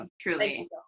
Truly